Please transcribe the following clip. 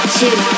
two